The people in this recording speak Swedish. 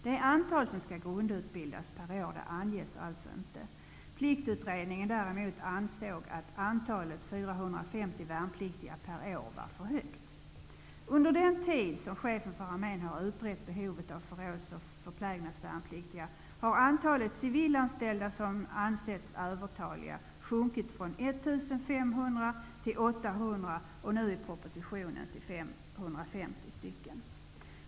Det antal värnpliktiga som skall grundutbildas per år anges alltså inte. värnpliktiga per år var för högt. Under den tid som Chefen för armén har utrett behovet av förråds och förplägnadsvärnpliktiga har antalet civilanställda som ansetts övertaliga sjunkit från 1 500 till 800. I propositionen anges nu att det är 550.